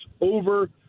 over –